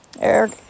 Eric